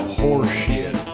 horseshit